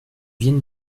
vienne